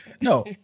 no